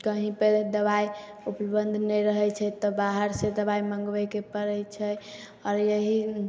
कहीॅं पर दबाइ उपलब्ध नहि रहै छै तऽ बाहर से दबाइ मँगबैके परै छै आओर ओहि